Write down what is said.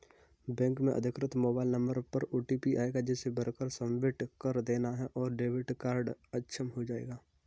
bank से अधिकृत mobile number पर ओटीपी आएगा जिसे भरकर सबमिट कर देना है और डेबिट कार्ड अक्षम हो जाएगा